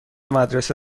مدرسه